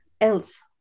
else